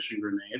grenade